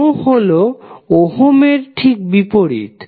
মো হলো ওহম এর ঠিক বিপরীত